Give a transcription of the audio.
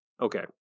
okay